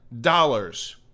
Dollars